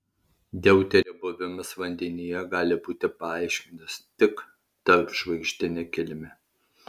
deuterio buvimas vandenyje gali būti paaiškintas tik tarpžvaigždine kilme